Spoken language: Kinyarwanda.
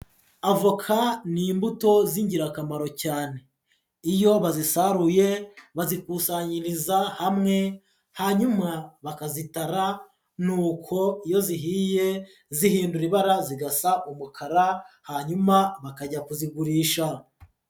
Avoka ni imbuto z'ingirakamaro cyane, iyo bazisaruye bazikusanyiriza hamwe hanyuma bakazitara ni uko iyo zihiye zihindura ibara zigasa umukara hanyuma bakajya kuzigurisha.